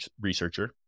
researcher